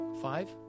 five